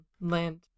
Land